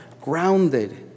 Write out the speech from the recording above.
grounded